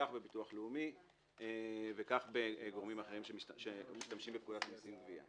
כך בביטוח לאומי וכך בגורמים אחרים שמשתמשים בפקודת המסים (גבייה).